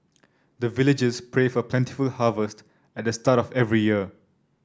the villagers pray for plentiful harvest at the start of every year